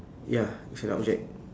ya it's an object